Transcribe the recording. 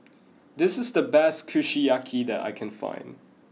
this is the best Kushiyaki that I can find